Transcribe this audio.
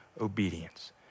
obedience